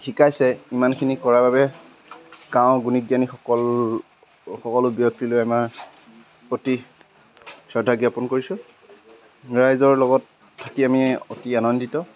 শিকাইছে ইমানখিনি কৰাৰ বাবে গাঁৱৰ গুণী জ্ঞানীসকল সকলো ব্যক্তিলৈ আমাৰ অতি শ্ৰদ্ধা জ্ঞাপন কৰিছোঁ ৰাইজৰ লগত থাকি আমি অতি আনন্দিত